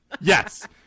Yes